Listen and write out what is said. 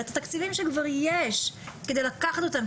את התקציבים שכבר יש כדי לקחת אותם,